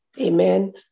Amen